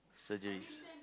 surgeries